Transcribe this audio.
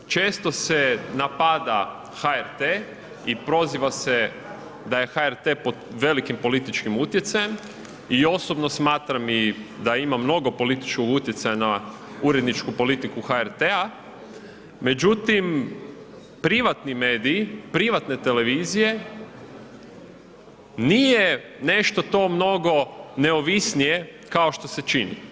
Često se napada HRT i proziva se da je HRT pod velikim političkim utjecajem i osobno smatram i da ima mnogo političkog utjecaja na uredničku politiku HRT-a međutim privatni mediji, privatne televizije, nije nešto to mnogo neovisnije kao što se čini.